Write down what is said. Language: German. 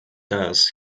das